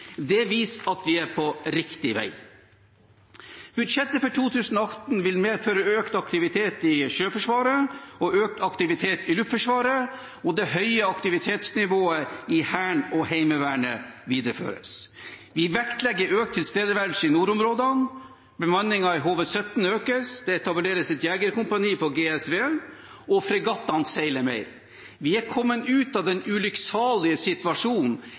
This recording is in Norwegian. Det viser at vi er på riktig vei. Budsjettet for 2018 vil medføre økt aktivitet i Sjøforsvaret, økt aktivitet i Luftforsvaret, og det høye aktivitetsnivået i Hæren og Heimevernet videreføres. Vi vektlegger økt tilstedeværelse i nordområdene, bemanningen i HV-17 økes, det etableres et jegerkompani på GSV, og fregattene seiler mer. Vi er kommet ut av den ulykksalige situasjonen